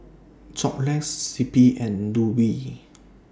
Xorex C P and Rubi